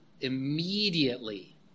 Immediately